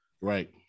Right